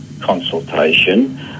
consultation